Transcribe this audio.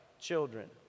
children